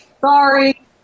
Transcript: Sorry